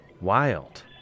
Wild